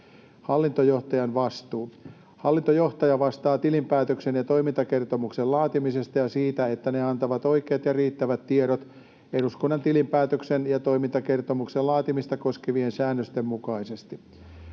Hallintojohtajan vastuu: Hallintojohtaja vastaa tilinpäätöksen ja toimintakertomuksen laatimisesta ja siitä, että ne antavat oikeat ja riittävät tiedot eduskunnan tilinpäätöksen ja toimintakertomuksen laatimista koskevien säännösten mukaisesti.